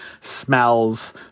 smells